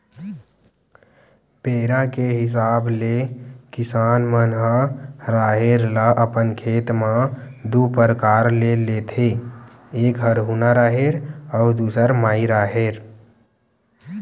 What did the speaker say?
बेरा के हिसाब ले किसान मन ह राहेर ल अपन खेत म दू परकार ले लेथे एक हरहुना राहेर अउ दूसर माई राहेर